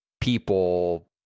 people